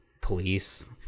police